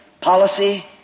policy